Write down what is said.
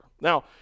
Now